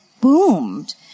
Boomed